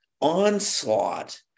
onslaught